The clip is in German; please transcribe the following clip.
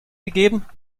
gegeben